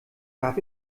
darf